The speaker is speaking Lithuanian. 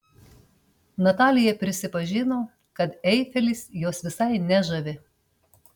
natalija prisipažino kad eifelis jos visai nežavi